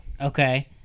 Okay